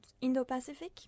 Indo-Pacific